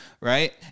right